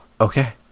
okay